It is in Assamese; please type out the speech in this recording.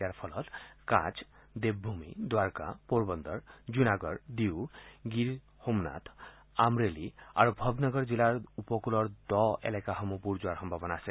ইয়াৰ ফলত কাট্ছ দেৱভূমি দ্বাৰকা পোৰবন্দৰ ঝুনাগড ডিউ গীৰসোমনাথ আমৰেলী আৰু ভৱনগৰ জিলাৰ উপকূল ভাগৰ দ এলেকাসমূহ বুৰ যোৱাৰ সম্ভাৱনা আছে